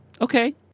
Okay